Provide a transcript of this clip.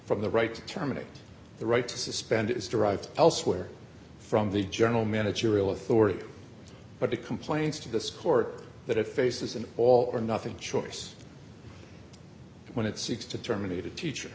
from the right to terminate the right to suspend is derived elsewhere from the journal managerial authority but it complains to this court that it faces an all or nothing choice when it seeks to terminate a teacher